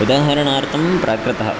उदाहरणार्थं प्राकृतः